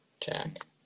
Jack